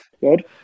good